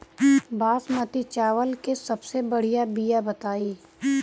बासमती चावल के सबसे बढ़िया बिया बताई?